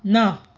ना